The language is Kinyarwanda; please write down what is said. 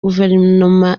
guverinoma